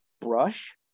brush